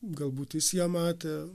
galbūt jis ją matė